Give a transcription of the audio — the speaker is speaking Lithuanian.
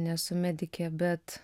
nesu medikė bet